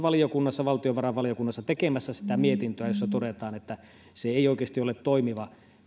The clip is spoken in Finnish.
valtiovarainvaliokunnassa tekemässä sitä mietintöä jossa todetaan että se ei oikeasti ole toimiva